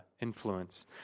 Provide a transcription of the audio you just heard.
influence